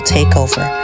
Takeover